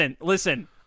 listen